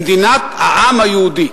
במדינת העם היהודי?